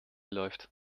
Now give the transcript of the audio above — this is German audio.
läuft